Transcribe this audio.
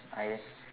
I